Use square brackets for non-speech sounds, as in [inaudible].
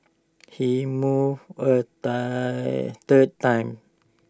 he moved A [unintelligible] third time